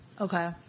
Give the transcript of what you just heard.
Okay